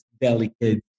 delicate